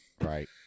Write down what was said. Right